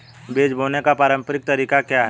बीज बोने का पारंपरिक तरीका क्या है?